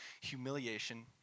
humiliation